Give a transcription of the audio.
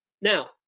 Now